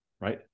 right